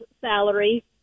salary